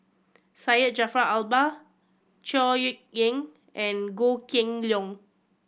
Syed Jaafar Albar Chor Yeok Eng and Goh Kheng Long